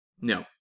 No